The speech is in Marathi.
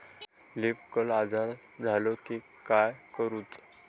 लीफ कर्ल आजार झालो की काय करूच?